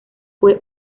fue